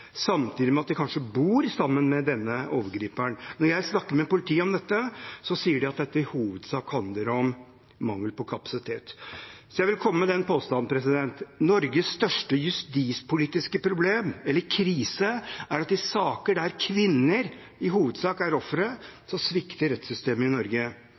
samtidig med at de kanskje bor sammen med denne overgriperen. Når jeg snakker med politiet om dette, sier de at det i hovedsak handler om mangel på kapasitet. Jeg vil komme med den påstanden at Norges største justispolitiske problem, eller krise, er at i saker der kvinner i hovedsak er ofre, svikter rettssystemet i Norge.